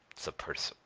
supports